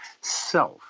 self